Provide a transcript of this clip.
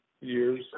years